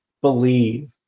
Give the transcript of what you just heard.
believe